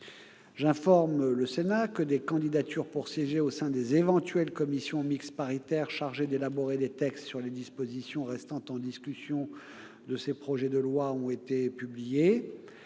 J'informe le Sénat que les candidatures pour siéger au sein des éventuelles commissions mixtes paritaires chargées d'élaborer les textes sur les dispositions restant en discussion de ces projets de loi ont été publiées.